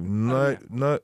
na na